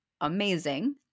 amazing